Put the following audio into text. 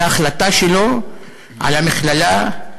על ההחלטה שלו על המכללה,